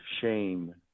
shame